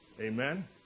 Amen